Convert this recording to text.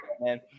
man